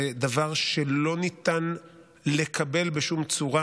זה דבר שלא ניתן לקבל בשום צורה,